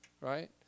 right